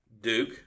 Duke